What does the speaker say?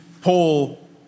Paul